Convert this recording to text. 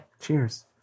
Cheers